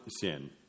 sin